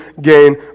gain